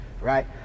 right